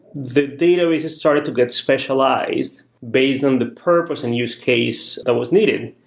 the databases started to get specialized based on the purpose and use case that was needed.